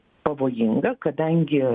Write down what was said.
pavojinga kadangi